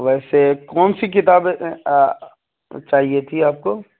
ویسے کون سی کتابیں چاہیے تھی آپ کو